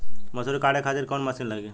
मसूरी काटे खातिर कोवन मसिन लागी?